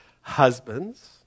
husbands